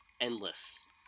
endless